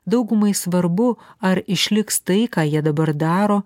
daugumai svarbu ar išliks tai ką jie dabar daro